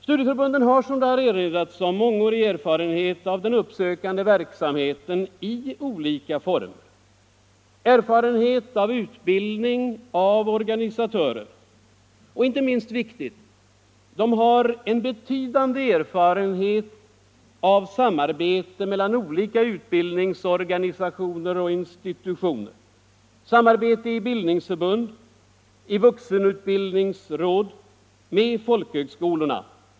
Som här sagts har studieförbunden 59 mångårig erfarenhet av den uppsökande verksamheten i olika former och erfarenhet av utbildning av organisatörer — och, inte minst viktigt, en betydande erfarenhet av samarbete mellan olika utbildningsorganisationer och institutioner, samarbete i bildningsförbund, i vuxenutbildningsråd med folkhögskolor.